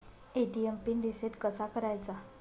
ATM PIN reset कसा करायचा?